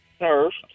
first